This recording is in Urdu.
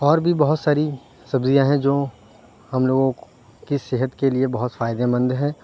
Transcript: اور بھی بہت ساری سبزیاں ہیں جوں ہم لوگوں کی صحت کے لیے بہت فائدے مند ہیں